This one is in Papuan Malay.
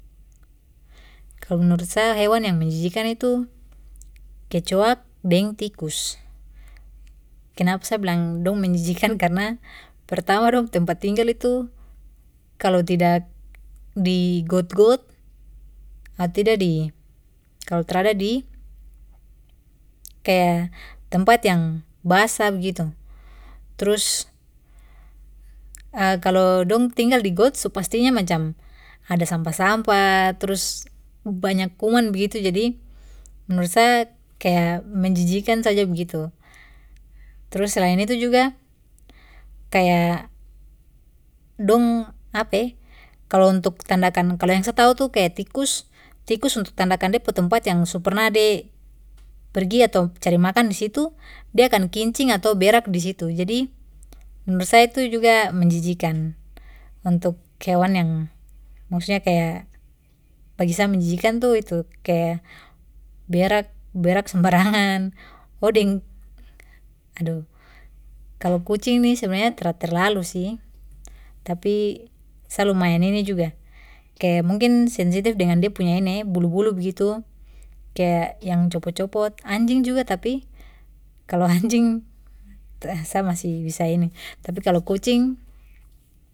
Kalo menurut sa, hewan yang menjijikkan itu kecoak deng tikus. Kenapa saya bilang dong menjijikkan, karena pertama dong pu tempat tinggal itu kalo tidak di got-got ato tidak di, kalo trada di kaya tempat yang basah begitu. Trus kalo dong tinggal di got su pastinya macam ada sampah-sampah, trus banyak kuman begitu, jadi menurut sa kaya menjijikkan saja begitu. Trus selain itu juga kaya dong kalo untuk tandakan, kalo yang sa tahu tu kaya tikus, tikus untuk tandakan da du tempat yang su perna de pergi ato cari makan disitu, dia akan kincing atau berak disitu, jadi menurut sa itu juga menjijikkan untuk hewan yang, maksudnya kaya bagi sa menjijikkan tu itu, kaya berak, berak sembarangan. Oh, deng, aduh, kalo kucing ini sebenarnya tra terlalu sih, tapi sa lumayan ini juga, kaya mungkin sensitif dengan dia punya ini e, bulu-bulu begitu, kaya yang copot-copot. Anjing juga tapi kalo anjing sa masih bisa ini, tapi kalo kucing.